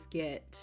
get